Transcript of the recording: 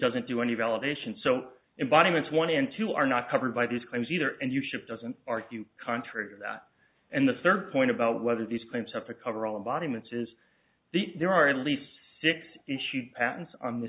doesn't do any validation so embodiments one and two are not covered by these claims either and you ship doesn't argue contrary to that and the third point about whether these claims have to cover all environments is the there are at least six issues patents on the